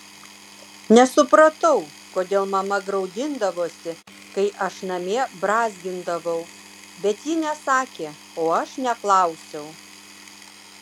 nesupratau kodėl mama graudindavosi kai aš namie brązgindavau bet ji nesakė o aš neklausiau